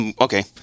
okay